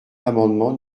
l’amendement